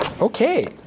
Okay